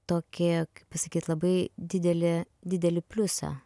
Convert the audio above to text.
tokį kaip pasakyt labai didelį didelį pliusą